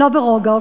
לא ברוגע.